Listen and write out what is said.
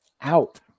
Out